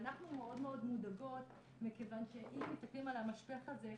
ואנחנו מאוד מאוד מודאגות מכוון שאם מסתכלים על המשפך הזה,